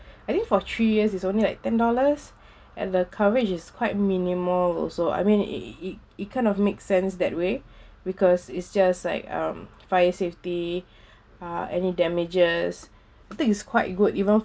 I think for three years is only like ten dollars and the coverage is quite minimal also I mean it it kind of makes sense that way because it's just like um fire safety uh any damages think it's quite good even